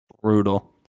Brutal